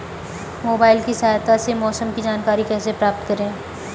Mobile की सहायता से मौसम की जानकारी कैसे प्राप्त करें?